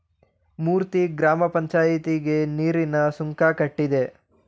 ಮೂರ್ತಿ ಗ್ರಾಮ ಪಂಚಾಯಿತಿಗೆ ನೀರಿನ ಸುಂಕ ಕಟ್ಟಿದ